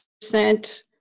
percent